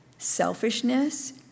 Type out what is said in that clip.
selfishness